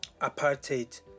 apartheid